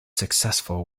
successful